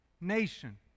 nation